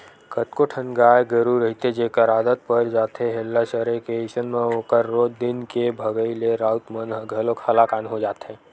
कतको ठन गाय गरु रहिथे जेखर आदत पर जाथे हेल्ला चरे के अइसन म ओखर रोज दिन के भगई ले राउत मन ह घलोक हलाकान हो जाथे